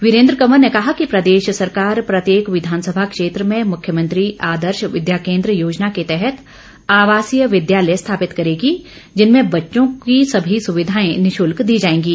वीरेन्द्र कंवर ने कहा कि प्रदेश सरकार प्रत्येक विधानसभा क्षेत्र में मुख्यमंत्री आदर्श विद्या केन्द्र योजना के तहत आवासीय विद्यालय स्थापित करेगी जिनमें बच्चों को सभी सुविधाएं निशुल्क दी जाएंगी